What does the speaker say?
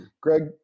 Greg